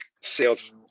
sales